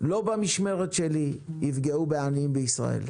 לא במשמרת שלי יפגעו בעניים בישראל.